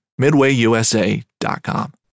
MidwayUSA.com